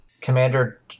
Commander